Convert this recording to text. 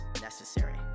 Necessary